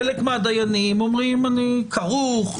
חלק מהדיינים אומרים אני כרוך,